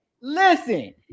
listen